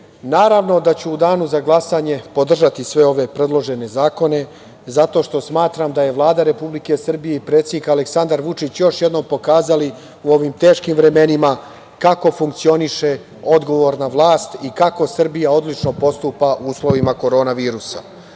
naravno da ću u danu za glasanje podržati sve ove predložene zakone, zato što smatram da su Vlada Republike Srbije i predsednik Aleksandar Vučić još jednom pokazali u ovim teškim vremenima kako funkcioniše odgovorna vlast i kako Srbija odlučno postupa u uslovima korona virusa. Sam